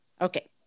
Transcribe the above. Okay